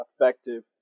effective